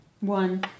One